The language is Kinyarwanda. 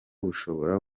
bushobora